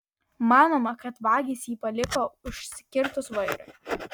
manoma kad vagys jį paliko užsikirtus vairui